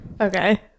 Okay